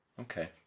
Okay